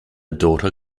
daughter